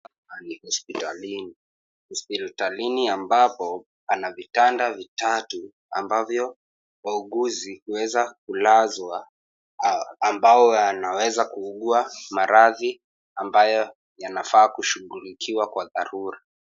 Hapa ni hospitalini, hospitalini ambapo pana vitanda vitatu, ambavyo wauguzi huweza kulazwa ambao wanaweza kuugua maradhi ambayo yanafaa kushughulikiwa kwa dharura.